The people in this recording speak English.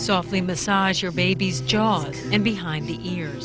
softly massage your baby's jaws and behind the ears